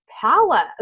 power